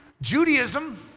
Judaism